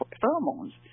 pheromones